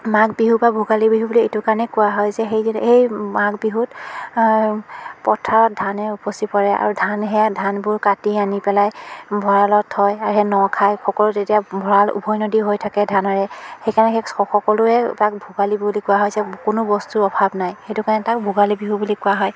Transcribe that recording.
মাঘ বিহু বা ভোগালী বিহু বুলি এইটো কাৰণেই কোৱা হয় যে সেইদিন সেই মাঘ বিহুত পথাৰত ধানে উপচি পৰে আৰু ধান সেয়া ধানবোৰ কাটি আনি পেলাই ভঁৰালত থয় আৰু সেই ন খাই সকলো তেতিয়া ভঁৰাল উভৈনদী হৈ থাকে ধানেৰে সেইকাৰণে সেই সকলোৱে তাক ভোগালী বুলি কোৱা হয় যে কোনো বস্তুৰ অভাৱ নাই সেইটো কাৰণে তাক ভোগালী বিহু বুলি কোৱা হয়